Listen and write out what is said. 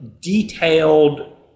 detailed